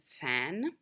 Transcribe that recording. fan